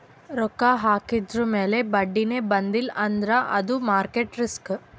ರೊಕ್ಕಾ ಹಾಕಿದುರ್ ಮ್ಯಾಲ ಬಡ್ಡಿನೇ ಬಂದಿಲ್ಲ ಅಂದ್ರ ಅದು ಮಾರ್ಕೆಟ್ ರಿಸ್ಕ್